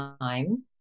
time